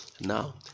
Now